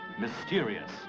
Mysterious